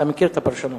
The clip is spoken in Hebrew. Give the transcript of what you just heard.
אתה מכיר את הפרשנות,